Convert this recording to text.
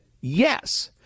yes